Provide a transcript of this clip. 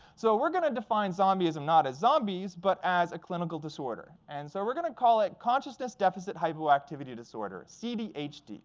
so we're going to define zombieism not as zombies, but as a clinical disorder. and so we're going to call it consciousness deficit hypoactivity disorder, cdhd,